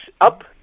up